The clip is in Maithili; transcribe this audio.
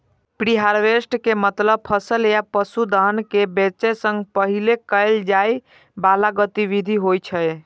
प्रीहार्वेस्ट के मतलब फसल या पशुधन कें बेचै सं पहिने कैल जाइ बला गतिविधि होइ छै